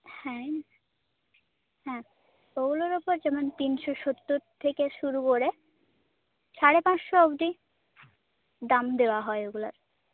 হ্যাঁ হ্যাঁ ওগুলোর ওপর যেমন তিনশো সত্তর থেকে শুরু করে সাড়ে পাঁচশো অব্দি দাম দেওয়া হয় ওগুলোর